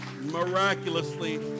Miraculously